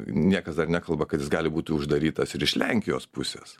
niekas dar nekalba kad jis gali būti uždarytas ir iš lenkijos pusės